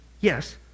yes